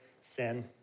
sin